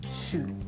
Shoot